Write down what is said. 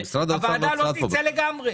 שהוועדה לא תצא לגמרי.